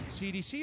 CDC